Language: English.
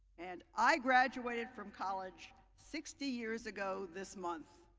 and i graduated from college sixty years ago this month.